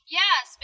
yes